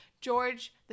George